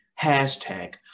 Hashtag